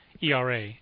ERA